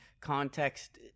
context